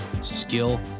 skill